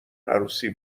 عروسی